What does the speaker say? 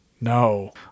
No